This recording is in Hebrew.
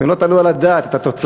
אתם לא תעלו על הדעת את התוצאה.